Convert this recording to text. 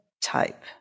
type